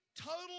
total